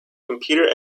computer